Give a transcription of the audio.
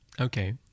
Okay